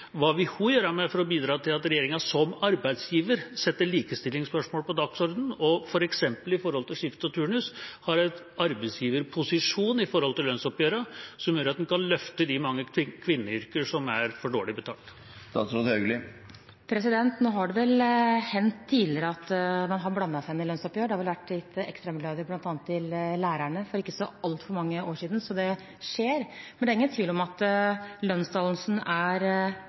Hva vil hun gjøre for å bidra til at regjeringa som arbeidsgiver setter likestillingsspørsmålet på dagsordenen, og f.eks. i forholdet til skift og turnus har en arbeidsgiverposisjon i lønnsoppgjørene som gjør at en kan løfte de mange kvinneyrkene som er for dårlig betalt? Nå har det vel hendt tidligere at man har blandet seg inn i lønnsoppgjør. Det har vært gitt ekstramilliarder bl.a. til lærerne for ikke så altfor mange år siden, så det skjer. Men det er ingen tvil om at lønnsdannelsen er